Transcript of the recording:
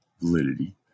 validity